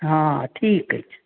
हॅं ठीक अछि